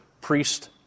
priest